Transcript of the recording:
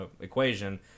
equation